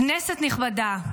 כנסת נכבדה,